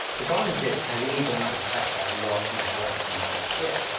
the problem is this i really don't like the fact that i've lost my highlight information here.